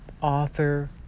author